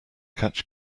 catch